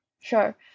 Sure